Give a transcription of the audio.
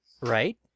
Right